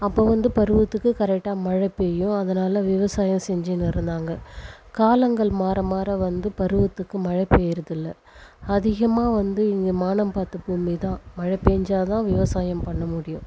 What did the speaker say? அப்போ வந்து பருவத்துக்கு கரெக்ட்டாக மழை பெய்யும் அதனால விவசாயம் செஞ்சுன்னு இருந்தாங்க காலங்கள் மாற மாற வந்து பருவத்துக்கு மழை பெய்யறது இல்லை அதிகமாக வந்து இங்கே வானம் பார்த்த பூமிதான் மழை பெஞ்சாதான் விவசாயம் பண்ண முடியும்